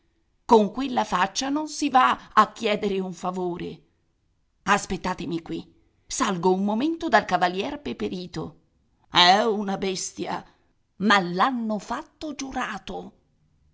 con quella faccia non si va a chiedere un favore aspettatemi qui salgo un momento dal cavalier peperito è una bestia ma l'hanno fatto giurato